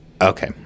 Okay